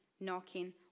knocking